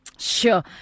Sure